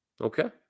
okay